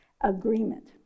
agreement